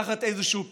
תחת איזשהו פיקוח.